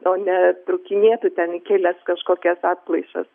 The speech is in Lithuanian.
o ne trūkinėtų ten į kelias kažkokias atplaišas